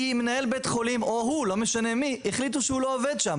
מנהל בית החולים או הוא לא משנה מי החליטו שהוא לא עובד שם,